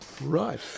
right